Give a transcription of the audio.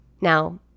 Now